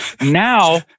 now